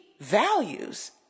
values